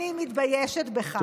נפתלי, אני מתביישת בך.